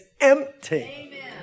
empty